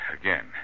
Again